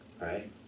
Right